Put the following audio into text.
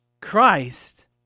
Christ